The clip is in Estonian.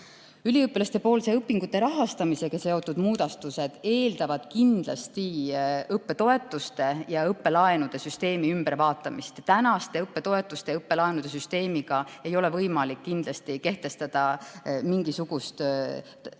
Üliõpilastepoolse õpingute rahastamisega seotud muudatused eeldavad kindlasti õppetoetuste ja õppelaenude süsteemi ülevaatamist. Tänaste õppetoetuste ja õppelaenude süsteemiga ei ole kindlasti võimalik kehtestada mingisugust tasulist